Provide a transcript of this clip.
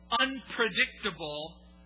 unpredictable